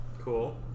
Cool